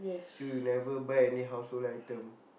so you never buy any household item